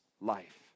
life